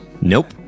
Nope